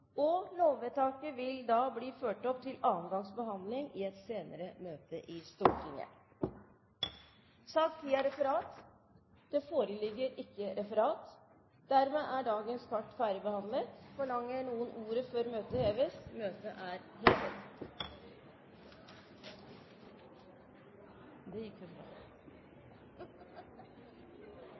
helhet. Lovvedtaket vil bli ført opp til annen gangs behandling i et senere møte i Stortinget. Det foreligger ikke noe referat. Dermed er dagens kart ferdigbehandlet. Forlanger noen ordet før møtet heves? – Møtet er hevet.